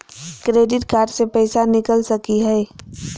Credit card से पैसा निकल सकी हय?